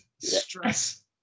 stress